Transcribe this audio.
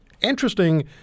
interesting